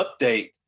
update